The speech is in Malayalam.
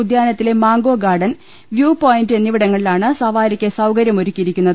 ഉദ്യാനത്തിലെ മംഗോ ഗാർഡൻ വ്യൂപോയിന്റ് എന്നിവിടങ്ങളിലാണ് സവാരിക്ക് സൌകര്യം ഒരുക്കി യിരിക്കുന്നത്